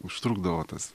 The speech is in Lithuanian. užtrukdavo tas